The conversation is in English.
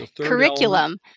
curriculum